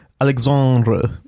Alexandre